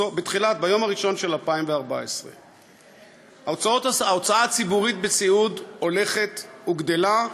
ביום הראשון של 2014. ההוצאה הציבורית בסיעוד הולכת וגדלה.